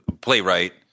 playwright